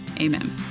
Amen